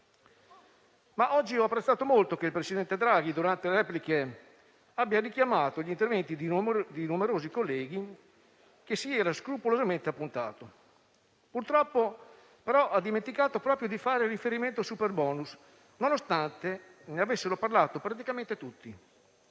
Oggi ho apprezzato molto che il presidente Draghi in sede di replica abbia richiamato gli interventi di numerosi colleghi che si era scrupolosamente appuntato; purtroppo, però, ha dimenticato proprio di fare riferimento al superbonus, nonostante ne avessero parlato praticamente tutti.